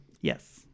yes